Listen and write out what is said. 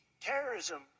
terrorism